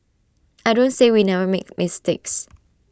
I don't say we never make mistakes